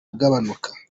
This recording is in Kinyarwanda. agabanuka